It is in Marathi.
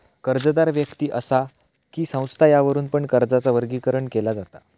कर्जदार व्यक्ति असा कि संस्था यावरुन पण कर्जाचा वर्गीकरण केला जाता